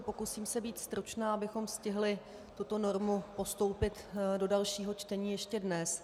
Pokusím se být stručná, abychom stihli tuto normu postoupit do dalšího čtení ještě dnes.